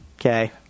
Okay